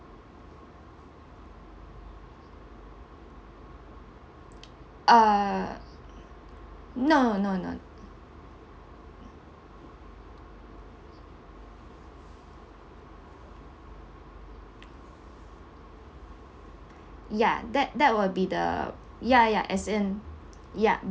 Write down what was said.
uh no no no ya that that will be the ya ya as in ya